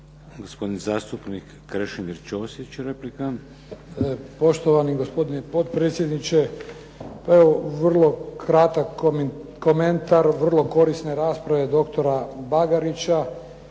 Gospodin zastupnik Krešimir Ćosić, replika. **Ćosić, Krešimir (HDZ)** Poštovani gospodine potpredsjedniče. Pa evo vrlo kratak komentar vrlo korisne raspravre doktora Bagarića.